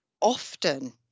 often